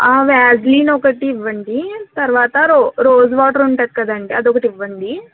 Vaseline ఒకటివ్వండీ తర్వాత రో రోజ్ వాటర్ ఉంటుంది కదండి అదొకటివ్వండీ